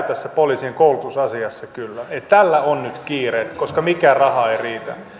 tässä poliisien koulutusasiassa kyllä kello käy tällä on nyt kiire koska mikään raha ei riitä